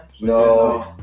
No